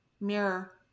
mirror